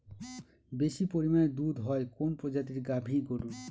বেশি পরিমানে দুধ হয় কোন প্রজাতির গাভি গরুর?